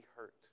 hurt